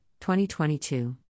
2022